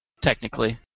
technically